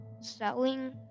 selling